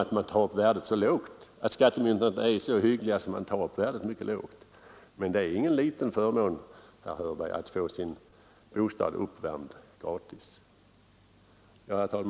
Den har blivit liten genom att skattemyndigheterna varit så hyggliga att de åsatt förmånen ett så lågt värde. Men det är ingen liten förmån, herr Hörberg, att få sin bostad uppvärmd gratis. Herr talman!